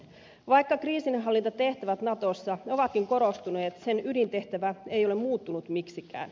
vaikka kriisinhallintatehtävät natossa ovatkin korostuneet sen ydintehtävä ei ole muuttunut miksikään